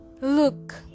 Look